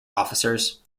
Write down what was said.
officers